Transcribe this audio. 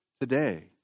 today